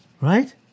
right